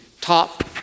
top